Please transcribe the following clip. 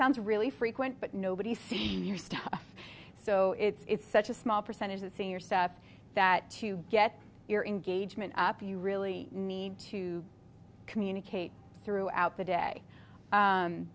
sounds really frequent but nobody seems so it's such a small percentage of senior staff that to get your engagement up you really need to communicate throughout the day